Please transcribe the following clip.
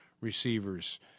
receivers